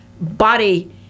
body